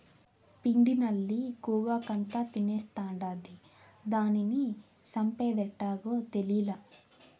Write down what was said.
పిండి నల్లి గోగాకంతా తినేస్తాండాది, దానిని సంపేదెట్టాగో తేలీలా